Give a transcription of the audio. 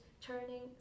turning